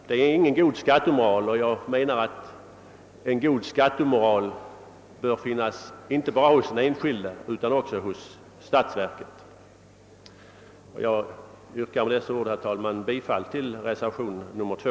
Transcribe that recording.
Det är ingen god skattemoral, och jag tycker att en god skattemoral bör finnas inte bara hos enskilda utan också hos statsverket. Herr talman! Med dessa ord yrkar jag bifall till reservation 2.